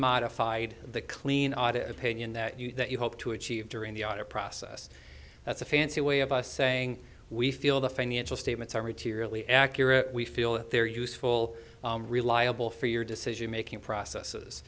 unmodified the clean audit opinion that you that you hope to achieve during the audit process that's a fancy way of us saying we feel the financial statements are materially accurate we feel that they're useful reliable for your decision making process